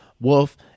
Wolf